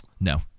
No